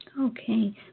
Okay